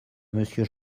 monsieur